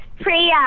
Priya